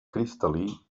cristal·lí